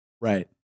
right